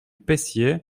peyssier